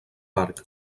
parc